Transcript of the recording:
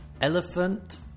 elephant